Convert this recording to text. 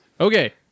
Okay